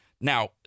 Now